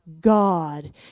God